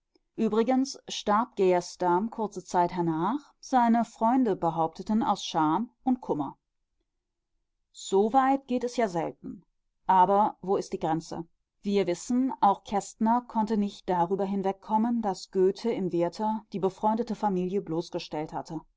übrigens starb geijerstam kurze zeit hernach seine freunde behaupteten aus scham und kummer so weit geht es ja selten aber wo ist die grenze wir wissen auch kestner konnte nicht darüber hinwegkommen daß goethe im werther die befreundete familie bloßgestellt hatte